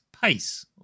pace